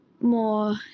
more